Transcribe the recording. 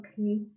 Okay